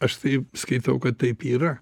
aš tai skaitau kad taip yra